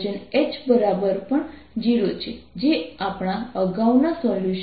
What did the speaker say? H0 છે જે આપણા અગાઉના સોલ્યુશનમાં છે